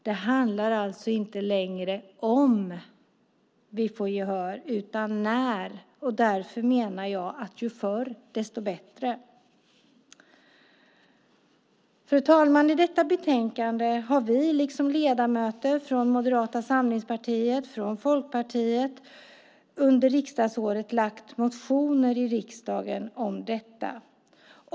Frågan är inte längre om vi får gehör utan när . Därför menar jag: Ju förr desto bättre. Fru talman! I detta betänkande behandlas motioner som vi, liksom ledamöter från Moderata samlingspartiet och Folkpartiet, under riksdagsåret har lagt fram om detta.